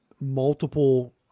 multiple